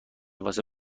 واسه